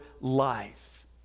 life